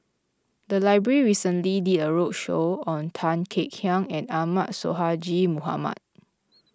the library recently did a roadshow on Tan Kek Hiang and Ahmad Sonhadji Mohamad